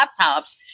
laptops